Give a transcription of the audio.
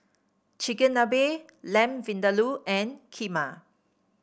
Chigenabe Lamb Vindaloo and Kheema